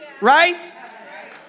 Right